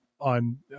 on